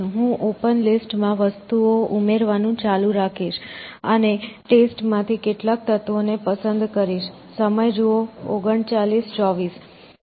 હું open list માં વસ્તુઓ ઉમેરવાનું ચાલુ રાખીશ અને ટેસ્ટ માંથી કેટલાક તત્વોને પસંદ કરીશ